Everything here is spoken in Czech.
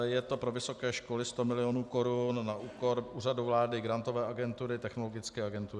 Je to pro vysoké školy 100 milionů korun na úkor Úřadu vlády, Grantové agentury, Technologické agentury.